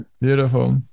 Beautiful